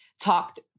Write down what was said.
talked